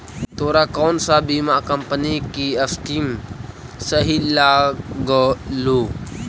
तोरा कौन सा बीमा कंपनी की स्कीम सही लागलो